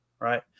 Right